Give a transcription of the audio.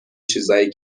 چیزای